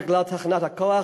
בגלל תחנת הכוח רוטנברג,